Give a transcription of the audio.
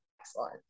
excellent